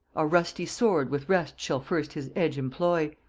our rusty sword with rest shall first his edge employ,